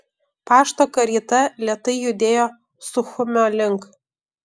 pašto karieta lėtai judėjo suchumio link